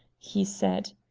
he said.